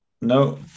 No